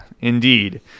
Indeed